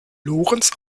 lorenz